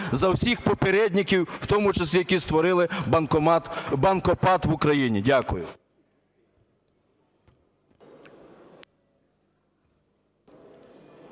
за всіх попередників, в тому числі які створили "банкопад" в Україні. Дякую.